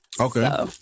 Okay